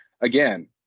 again